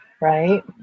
Right